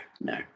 no